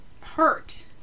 hurt